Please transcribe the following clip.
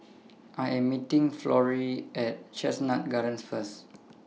I Am meeting Florie At Chestnut Gardens First